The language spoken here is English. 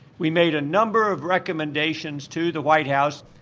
we made a number of recommendations to the white house.